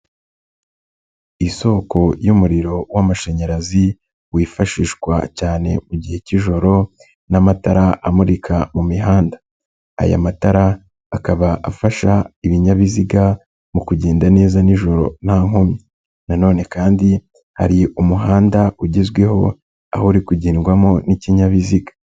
Isoko y'umuriro w'amashanyarazi wifashishwa cyane mu gihe cy'ijoro n'amatara amurika mu mihanda. Aya matara akaba afasha ibinyabiziga mu kugenda neza nijoro nta nkomyi. Nanone kandi hari umuhanda ugezweho, aho uri kugendwamo n'ikinyabiziga.